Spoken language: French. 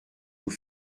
vous